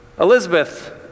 Elizabeth